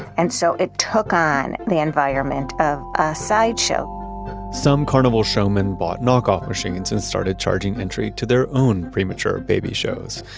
and so it took on the environment of a sideshow some carnival showman bought knock-off machines and started charging entry to their own premature baby shows.